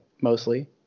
mostly